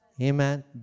Amen